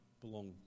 belong